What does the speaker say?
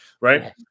right